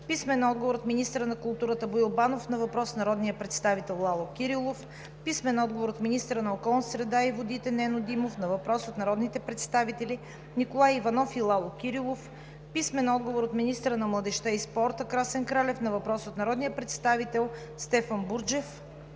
Кирилов; - от министъра на културата Боил Банов на въпрос от народния представител Лало Кирилов; - от министъра на околната среда и водите Нено Димов на въпрос от народните представители Николай Иванов и Лало Кирилов; - от министъра на младежта и спорта Красен Кралев на въпрос от народния представител Стефан Бурджев;